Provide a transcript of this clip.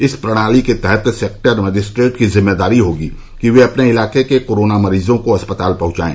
इस प्रणाली के तहत सेक्टर मजिस्ट्रेट की जिम्मेदारी होगी कि वे अपने इलाके के कोरोना मरीजों को अस्पताल पहंचाये